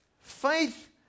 Faith